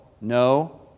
no